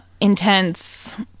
intense